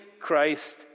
Christ